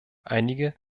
einige